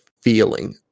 feeling